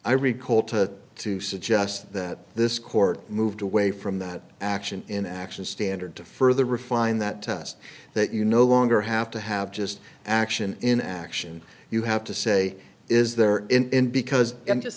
i recall to to suggest that this court moved away from that action in action standard to further refine that test that you no longer have to have just action in action you have to say is there in because and